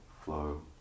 flow